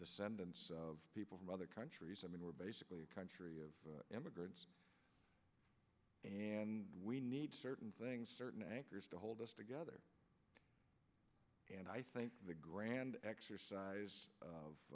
descendants of people from other countries i mean we're basically a country of immigrants and we need certain things certain anchors to hold us together and i think the grand exercise